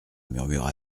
murmura